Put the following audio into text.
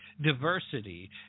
diversity